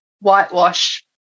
whitewash